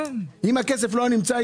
אם הכסף לא היה נמצא,